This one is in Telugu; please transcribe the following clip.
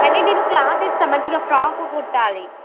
మళ్ళీ నేను క్లాత్ ఇస్తాను మంచిగా ఫ్రాకు కుట్టాలి